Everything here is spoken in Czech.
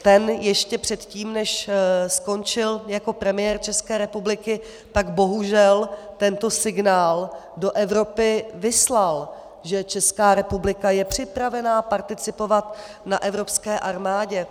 Ten ještě předtím, než skončil jako premiér České republiky, bohužel tento signál do Evropy vyslal, že Česká republika je připravena participovat na evropské armádě.